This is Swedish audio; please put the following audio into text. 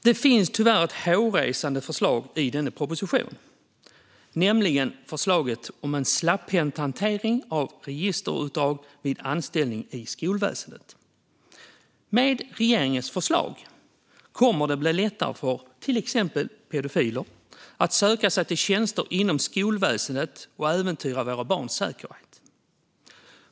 Det finns tyvärr ett hårresande förslag i denna proposition, nämligen förslaget om en slapphänt hantering av registerutdrag vid anställning i skolväsendet. Med regeringens förslag kommer det att bli lättare för till exempel pedofiler att söka sig till tjänster inom skolväsendet och äventyra våra barns säkerhet.